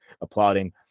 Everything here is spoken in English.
applauding